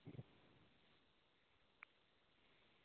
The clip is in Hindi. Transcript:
कुछ प्राइस बता कुछ प्राइस बता देते